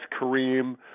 Kareem